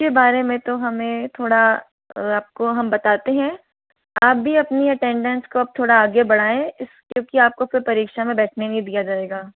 इसके बारे में तो हमें थोड़ा आपको हम बताते हैं आप भी अपनी अटेंडेंस को अब थोड़ा आगे बढ़ाएं क्योंकि फिर आपको परीक्षा में बैठने नहीं दिया जाएगा